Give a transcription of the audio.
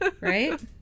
right